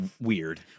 weird